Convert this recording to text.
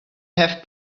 have